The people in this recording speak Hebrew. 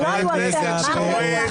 לא היו אלפי אנשים בנתב"ג.